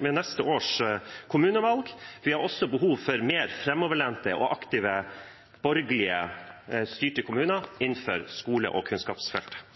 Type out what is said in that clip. ved neste års kommunevalg. Vi har behov for mer framoverlente og aktive borgerlig styrte kommuner innenfor skole- og kunnskapsfeltet.